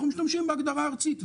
אנחנו משתמשים בהגדרה הארצית,